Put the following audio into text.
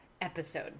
episode